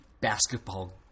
Basketball